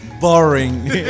boring